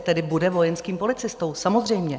Tedy bude vojenským policistou, samozřejmě.